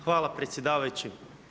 Hvala predsjedavajući.